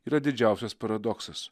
yra didžiausias paradoksas